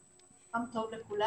יום טוב לכולם.